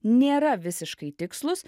nėra visiškai tikslūs